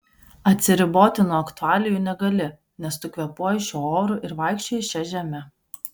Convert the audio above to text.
atsiriboti nuo aktualijų negali nes tu kvėpuoji šiuo oru ir vaikščioji šia žeme